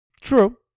true